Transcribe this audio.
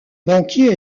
banquier